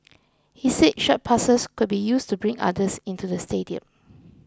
he said such passes could be used to bring others into the stadium